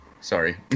Sorry